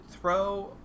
throw